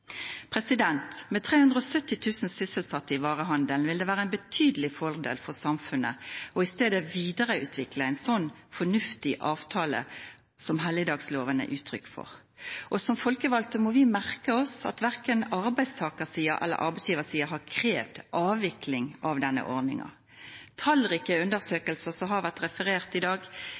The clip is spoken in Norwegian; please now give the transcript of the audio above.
Med 370 000 sysselsatte i varehandelen vil det være en betydelig fordel for samfunnet isteden å videreutvikle en slik fornuftig avtale som helligdagsloven er uttrykk for. Som folkevalgte må vi merke oss at hverken arbeidstakersiden eller arbeidsgiversiden har krevd avvikling av denne ordningen. Tallrike undersøkelser viser – som det har vært referert til i dag